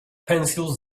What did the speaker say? pencils